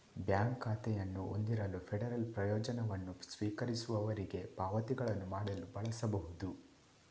bank ಖಾತೆಯನ್ನು ಹೊಂದಿರದ federal ಪ್ರಯೋಜನವನ್ನು ಸ್ವೀಕರಿಸುವವರಿಗೆ ಪಾವತಿಗಳನ್ನು ಮಾಡಲು ಬಳಸಬಹುದು